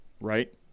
Right